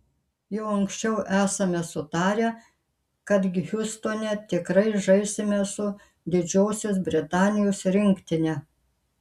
jau anksčiau esame sutarę kad hjustone tikrai žaisime su didžiosios britanijos rinktine